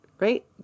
right